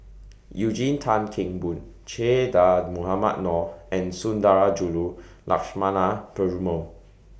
Eugene Tan Kheng Boon Che Dah Mohamed Noor and Sundarajulu Lakshmana Perumal